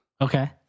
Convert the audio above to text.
Okay